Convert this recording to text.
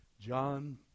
John